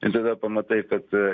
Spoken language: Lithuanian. ir tada pamatai kad